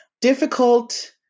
difficult